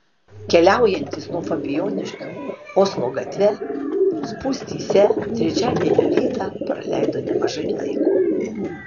keliaujantys nuo fabijoniškių oslo gatve spūstyse trečiadienio rytą praleido nemažai laiko